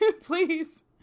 please